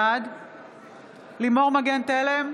בעד לימור מגן תלם,